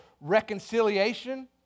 reconciliation